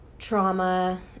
trauma